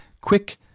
quick